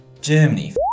Germany